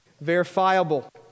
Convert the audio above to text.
verifiable